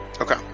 Okay